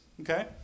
Okay